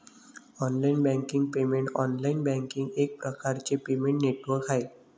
online banking payments online banking एक प्रकारचे payment network आहे